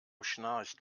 schnarcht